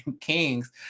Kings